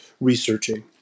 researching